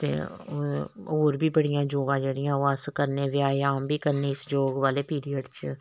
ते होर बी बड़ियां योगा जेह्ड़ियां ओह् अस करने ब्यायाम बी करने इस योग आह्ले पिरियड च